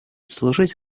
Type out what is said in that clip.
служить